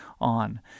on